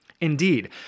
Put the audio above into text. Indeed